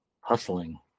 hustling